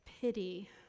pity